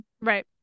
Right